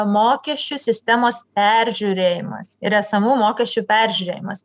mokesčių sistemos peržiūrėjimas ir esamų mokesčių peržiūrėjimas